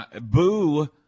Boo